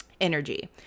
energy